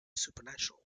supernatural